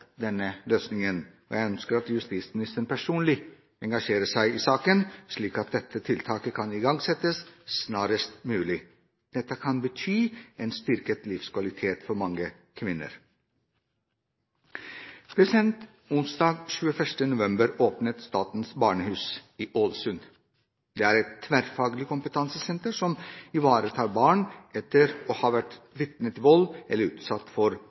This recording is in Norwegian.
denne løsningen. Jeg ønsker at justisministeren personlig engasjerer seg i saken, slik at dette tiltaket kan igangsettes snarest mulig. Dette kan bety en styrket livskvalitet for mange kvinner. Onsdag 21. november åpnet Statens barnehus i Ålesund. Det er et tverrfaglig kompetansesenter som ivaretar barn etter å ha vært vitne til vold eller utsatt for